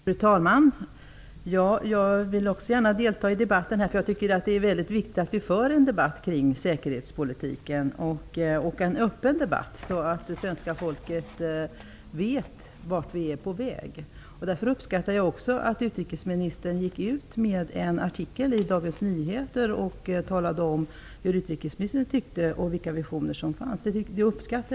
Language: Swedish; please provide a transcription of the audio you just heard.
Fru talman! Jag vill gärna delta i debatten eftersom jag tycker att det är viktigt att vi för en öppen debatt kring säkerhetspolitiken så att svenska folket får veta vart vi är på väg. Jag uppskattar att utrikesministern i en artikel i Dagens Nyheter redovisade sina åsikter och vilka visioner som finns.